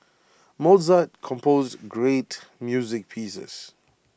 Mozart composed great music pieces